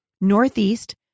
Northeast